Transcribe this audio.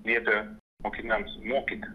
liepė mokiniams mokyti